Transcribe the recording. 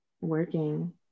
working